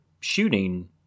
shooting